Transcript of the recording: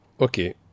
Okay